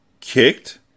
Kicked